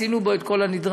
עשינו בו את כל הנדרש,